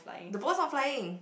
the boss not flying